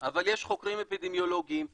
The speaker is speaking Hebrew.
אבל יש חוקרים אפידמיולוגיים,